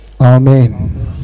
Amen